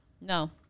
No